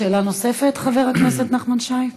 שאלה נוספת, חבר הכנסת נחמן שי?